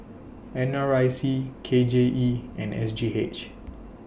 N R I C K J E and S G H